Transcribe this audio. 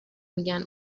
میگن